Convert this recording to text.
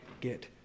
get